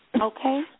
Okay